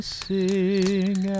sing